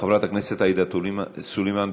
חברת הכנסת עאידה תומא סלימאן,